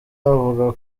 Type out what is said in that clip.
bavuga